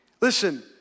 Listen